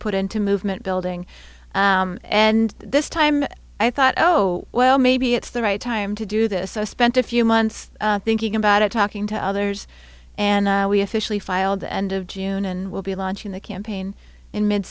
put into movement building and this time i thought oh well maybe it's the right time to do this i spent a few months thinking about it talking to others and we officially filed the end of june and will be launching the campaign in mid